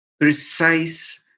precise